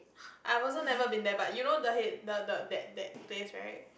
I have also never been there but you know the head the that that place right